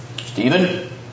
Stephen